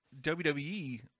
WWE